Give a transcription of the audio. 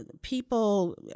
people